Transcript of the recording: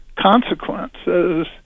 consequences